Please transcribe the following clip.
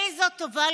איזו טובה,